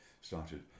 started